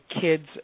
kids